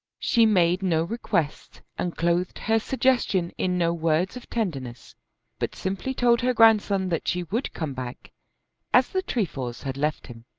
she made no request and clothed her suggestion in no words of tenderness but simply told her grandson that she would come back as the trefoils had left him.